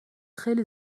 خیلی